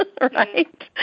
right